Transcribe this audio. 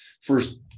first